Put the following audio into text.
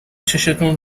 چشتون